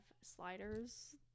sliders